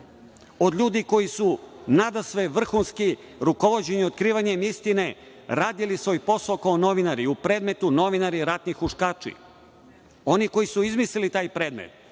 od ljudi koji su nadasve vrhunski, rukovođeni otkrivanjem istine, radili svoj posao kao novinari i u predmetu „Novinari, ratni huškači“. Oni koji su izmislili taj predmet,